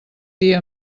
dia